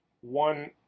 one